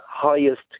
highest